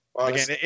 again